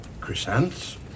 chrysanthemums